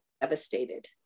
devastated